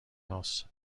house